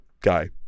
guy